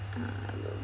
uh